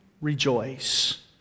rejoice